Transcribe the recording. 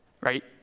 right